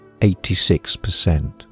86%